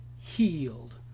healed